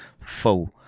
full